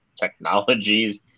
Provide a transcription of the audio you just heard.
technologies